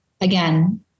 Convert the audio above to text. again